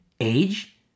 age